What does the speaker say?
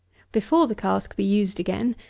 before the cask be used again,